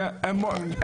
כן.